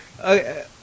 Okay